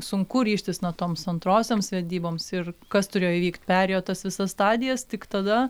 sunku ryžtis na toms antrosioms vedyboms ir kas turėjo įvykt perėjot tas visas stadijas tik tada